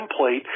template